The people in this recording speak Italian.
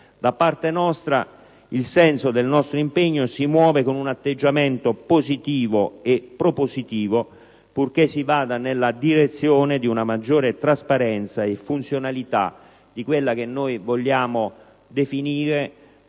Il nostro impegno potrà esplicarsi con un atteggiamento positivo e propositivo, purché si vada nella direzione di una maggiore trasparenza e funzionalità di quella che noi vogliamo definire